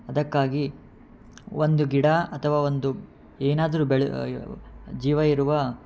ಅದಕ್ಕಾಗಿ ಒಂದು ಗಿಡ ಅಥವಾ ಒಂದು ಏನಾದರೂ ಬೆಳೆ ಜೀವ ಇರುವ